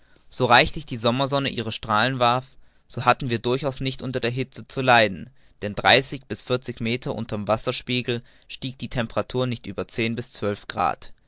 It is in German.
so reichlich die sommersonne ihre strahlen warf so hatten wir durchaus nicht von der hitze zu leiden denn dreißig bis vierzig meter unter'm wasserspiegel stieg die temperatur nicht über zehn bis zwölf grad